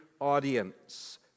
audience